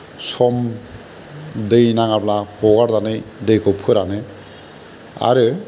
सम दै नाङाब्ला हगारनानै दैखौ फोरानो आरो